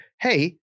hey